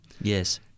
Yes